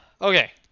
okay